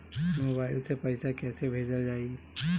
Mobile से पैसा कैसे भेजल जाइ?